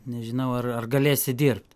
nežinau ar ar galėsi dirbt